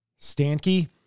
Stanke